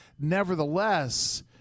Nevertheless